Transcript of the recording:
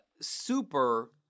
super